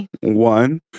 One